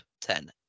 ten